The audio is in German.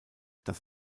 dass